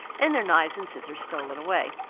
and their knives and scissors stolen away,